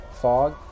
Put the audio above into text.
fog